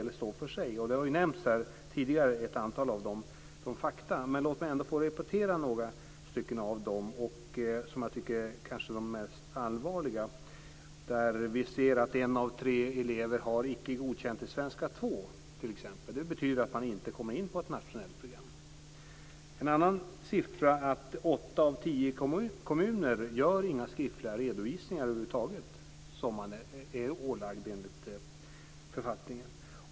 Det har här tidigare nämnts ett antal av dessa fakta. Men låt mig ändå repetera några av dem som jag tycker är mest allvarliga. Vi ser att en av tre elever har Icke godkänd i svenska 2 t.ex. Det betyder att de inte kommer in på ett nationellt program. En annan uppgift är att åtta av tio kommuner över huvud taget inte gör några skriftliga redovisningar, som man är ålagd att göra enligt författningen.